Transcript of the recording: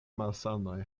malsanoj